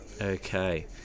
Okay